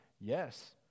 Yes